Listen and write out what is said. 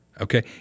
Okay